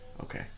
okay